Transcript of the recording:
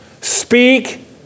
Speak